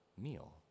meal